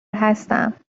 هستم